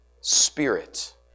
spirit